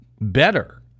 better